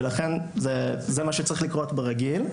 ולכן זה מה שצריך לקרות ברגיל,